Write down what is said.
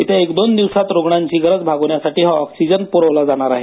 येत्या एक दोन दिवसात रुग्णांची गरज भागवण्यासाठी हा ऑक्सिजन प्रवला जाणार आहे